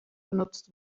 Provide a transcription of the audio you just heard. benutzt